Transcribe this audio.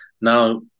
Now